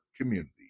community